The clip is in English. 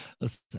Listen